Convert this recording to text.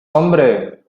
hombre